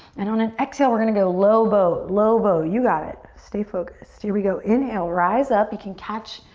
and on an exhale, we're gonna go low boat, low boat. you got it. stay focused. here we go. inhale, rise up. you can catch,